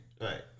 Right